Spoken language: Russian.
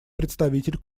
представитель